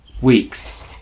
weeks